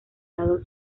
lado